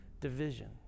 division